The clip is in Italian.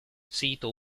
sito